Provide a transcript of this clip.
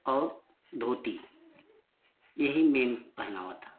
और धोती यही मेन पहनावा था